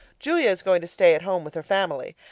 julia is going to stay at home with her family,